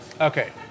Okay